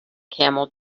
camel